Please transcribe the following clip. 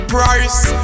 Price